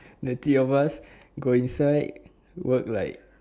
the three of us go inside work like